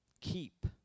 keep